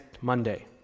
Monday